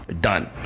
Done